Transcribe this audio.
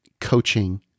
coaching